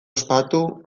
ospatu